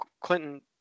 Clinton